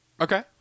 Okay